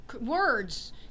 words